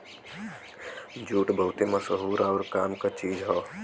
jute बहुते मसहूर आउर काम क चीज हौ